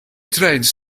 trains